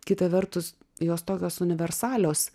kita vertus jos tokios universalios